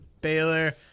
Baylor